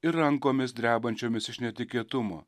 ir rankomis drebančiomis iš netikėtumo